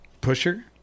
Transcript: Pusher